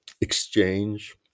exchange